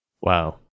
Wow